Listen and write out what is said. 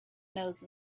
nose